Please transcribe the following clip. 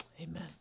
amen